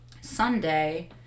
sunday